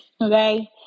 Okay